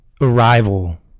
Arrival